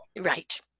Right